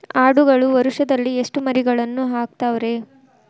ಆಡುಗಳು ವರುಷದಲ್ಲಿ ಎಷ್ಟು ಮರಿಗಳನ್ನು ಹಾಕ್ತಾವ ರೇ?